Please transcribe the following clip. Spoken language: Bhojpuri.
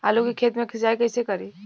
आलू के खेत मे सिचाई कइसे करीं?